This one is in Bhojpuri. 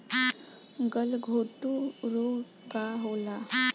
गलघोटू रोग का होला?